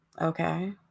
okay